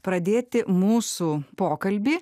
pradėti mūsų pokalbį